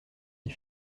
des